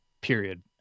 period